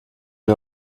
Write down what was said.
wir